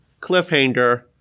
cliffhanger